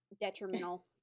detrimental